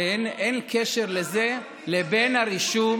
אין קשר בין זה לבין הרישום,